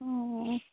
অঁঁ